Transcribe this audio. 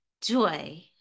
joy